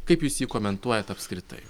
kaip jūs jį komentuojat apskritai